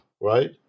right